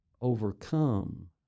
overcome